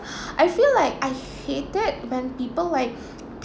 I feel like I hated when people like